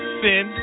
sin